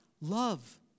love